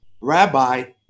rabbi